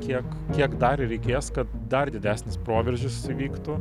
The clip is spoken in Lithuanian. kiek kiek dar reikės kad dar didesnis proveržis įvyktų